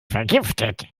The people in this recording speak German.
vergiftet